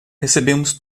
recebemos